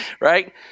right